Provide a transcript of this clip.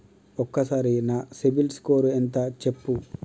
ఒక్కసారి నా సిబిల్ స్కోర్ ఎంత చెప్పు?